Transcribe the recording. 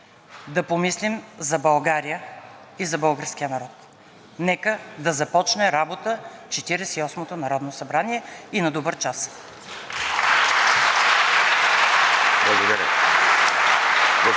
да помислим за България и за българския народ. Нека да започне работа Четиридесет и осмото народно събрание. И на добър час!